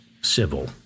civil